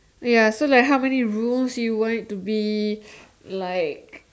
ya so like how many rooms you want it to be like